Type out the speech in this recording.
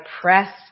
press